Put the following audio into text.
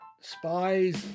spies